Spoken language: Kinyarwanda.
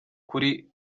kuri